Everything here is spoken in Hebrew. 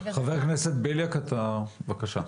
ח"כ בליאק בבקשה.